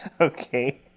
Okay